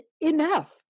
enough